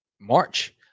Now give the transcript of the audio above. March